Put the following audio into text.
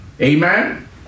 Amen